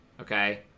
okay